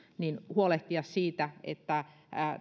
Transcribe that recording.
huolehtia siitä että